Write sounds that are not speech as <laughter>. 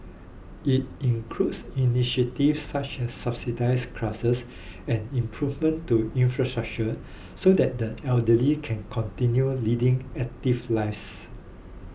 it includes <unintelligible> such as subsidised classes and improvements to infrastructure so that the elderly can continue leading active lives